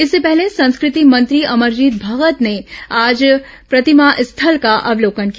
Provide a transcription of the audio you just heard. इससे पहले संस्कृति मंत्री अमरजीत भगत ने आज प्रतिमा स्थल का अवलोकन किया